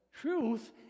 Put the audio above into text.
Truth